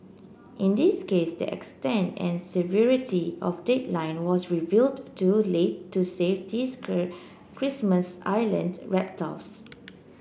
in this case the extent and severity of decline was revealed too late to save these Christmas Island reptiles